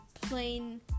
plain